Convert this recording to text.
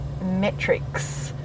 metrics